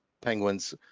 Penguins